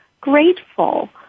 grateful